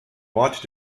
ort